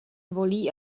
volí